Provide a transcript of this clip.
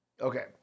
Okay